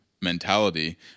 mentality